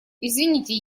извините